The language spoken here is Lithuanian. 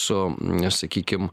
su sakykim